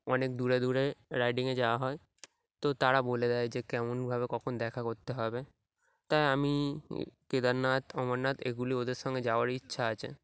অনেক দূরে দূরে রাইডিংয়ে যাওয়া হয় তো তারা বলে দেয় যে কেমনভাবে কখন দেখা করতে হবে তাই আমি কেদারনাথ অমরনাথ এগুলি ওদের সঙ্গে যাওয়ারই ইচ্ছা আছে